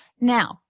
Now